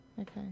Okay